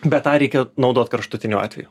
bet tą reikia naudot kraštutiniu atveju